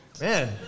Man